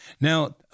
Now